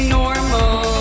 normal